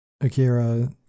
Akira